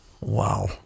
Wow